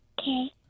Okay